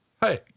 Hey